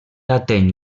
ateny